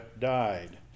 died